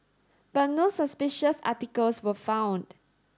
but no suspicious articles were found